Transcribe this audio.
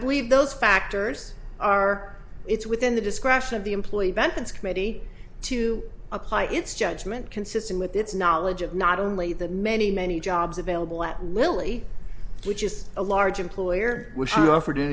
believe those factors are it's within the discretion of the employee benton's committee to apply its judgment consistent with its knowledge of not only the many many jobs available at lilly which is a large employer which offered